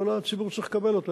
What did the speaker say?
כל הציבור צריך לקבל אותו,